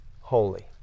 holy